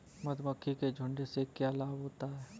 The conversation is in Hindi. मधुमक्खी के झुंड से क्या लाभ होता है?